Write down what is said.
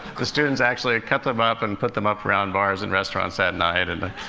the students actually cut them up and put them up around bars and restaurants that night, and i